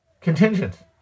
contingent